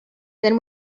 then